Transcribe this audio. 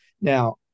now